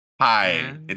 Hi